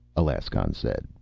alaskon said,